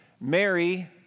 Mary